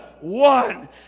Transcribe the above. one